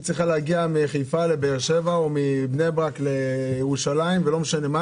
היא צריכה להגיע מחיפה לבאר שבע או מבני ברק לירושלים ולא משנה מה